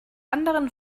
anderen